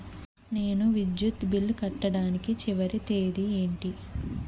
నేను విద్యుత్ బిల్లు కట్టడానికి చివరి తేదీ ఏంటి?